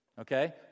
Okay